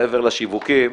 מעבר לשיווקים,